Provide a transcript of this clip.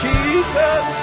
Jesus